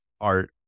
art